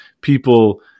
people